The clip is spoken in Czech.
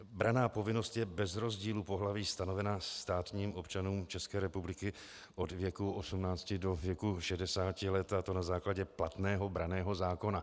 Branná povinnost je bez rozdílu pohlaví stanovena státním občanům České republiky od věku 18 do věku 60 let, a to na základě platného branného zákona.